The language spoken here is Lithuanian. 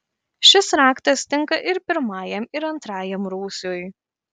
šis raktas tinka ir pirmajam ir antrajam rūsiui